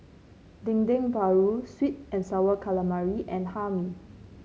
Dendeng Paru sweet and sour calamari and Hae Mee